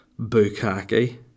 Bukaki